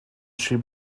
she